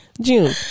June